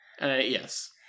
Yes